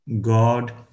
God